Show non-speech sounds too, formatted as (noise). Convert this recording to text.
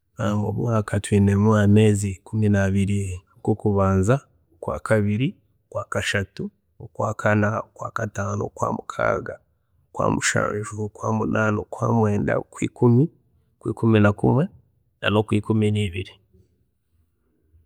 (hesitation) Omumwaaka twiinemu ameezi ikumi nabiri, okwokubanza, okwakabiri, okwakashatu, okwakana, okwakataano, okwamukaaga, okwamushanju, okwamunaana, okwamwenda, okwiikumi, okwiikumi nakumwe, na nokwikumi nebiri.